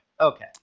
Okay